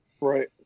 Right